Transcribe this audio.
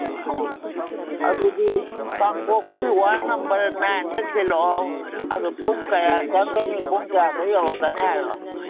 ꯑꯥ ꯑꯗꯨꯗꯤ ꯀꯥꯡꯄꯣꯛꯄꯤ ꯋꯥꯠ ꯅꯝꯕꯔ ꯅꯥꯏꯟꯗ ꯊꯤꯜꯂꯛꯑꯣ ꯑꯗꯨ ꯄꯨꯡ ꯀꯌꯥ ꯆꯪꯒꯅꯤ ꯄꯨꯡ ꯀꯌꯥꯗ ꯌꯧꯔꯛꯀꯅꯤ ꯍꯥꯏꯔꯛꯑꯣ